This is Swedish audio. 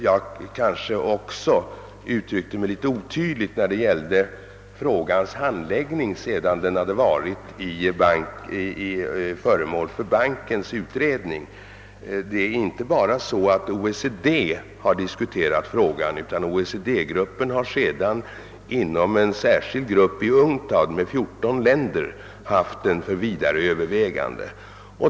Jag kanske uttryckte mig litet otydligt när jag redogjorde för frågans handläggning sedan den varit föremål för Världsbankens utredning. Det är inte bara OECD som har diskuterat frågan, utan OECD-gruppen har sedan inom en särskild grupp av UNCTAD bestående av 14 länder haft den uppe för vidare överväganden.